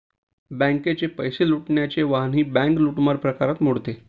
बँकेचे पैसे लुटण्याचे वाहनही बँक लूटमार प्रकारात मोडते